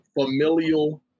familial